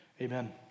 amen